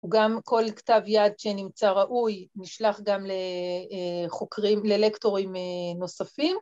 גם כול כתב יד שנמצא ראוי נשלח גם לחוקרים, ללקטורים נוספים.